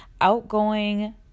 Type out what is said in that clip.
outgoing